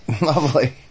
Lovely